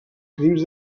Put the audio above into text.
crims